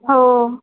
हो